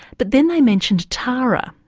but then they mentioned tara,